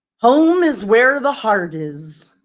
home is where the heart is.